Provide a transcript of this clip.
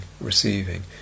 receiving